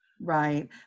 Right